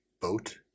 Boat